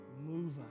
Move